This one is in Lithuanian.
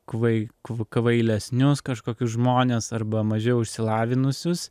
kvailesnius kažkokius žmones arba mažiau išsilavinusius